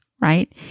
right